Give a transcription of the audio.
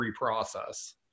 reprocess